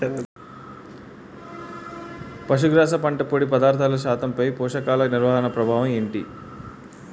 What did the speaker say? పశుగ్రాస పంట పొడి పదార్థాల శాతంపై పోషకాలు నిర్వహణ ప్రభావం ఏమిటి?